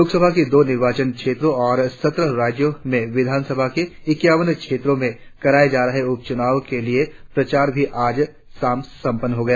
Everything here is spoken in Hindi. लोकसभा के दो निर्वाचन क्षेत्रों और सत्रह राज्यों में विधानसभा के इक्यावन क्षेत्रों में कराये जा रहे उपचुनाव के लिए प्रचार भी आज शाम थम जाएगा